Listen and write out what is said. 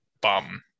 bum